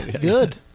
Good